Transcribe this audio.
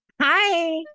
Hi